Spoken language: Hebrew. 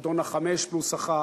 מועדון החמש פלוס אחת,